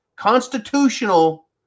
constitutional